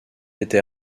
était